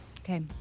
Okay